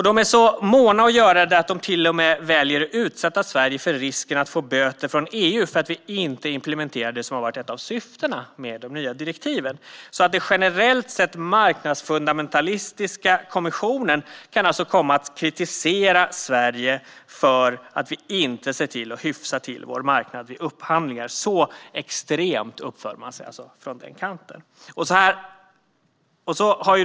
De är också så måna om att göra detta att de till och med väljer att utsätta Sverige för risken att få böter från EU för att vi inte implementerar det som har varit ett av syftena med de nya direktiven. Den generellt sett marknadsfundamentalistiska kommissionen kan alltså komma att kritisera Sverige för att vi inte ser till att hyfsa till vår marknad vid upphandlingar. Så extremt uppför man sig på den kanten.